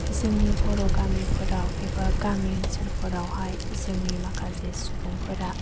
जोंनि बर' गामिफोराव एबा गामि ओनसोलफोरावहाय जोंनि माखासे सुबुंफोरा